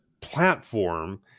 platform